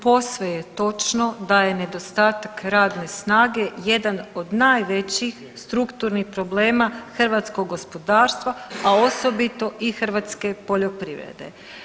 Posve je točno da je nedostatak radne snage jedan od najvećih strukturnih problema hrvatskog gospodarstva, a osobito i hrvatske poljoprivrede.